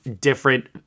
different